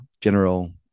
general